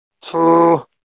two